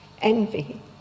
envy